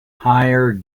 higher